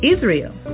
Israel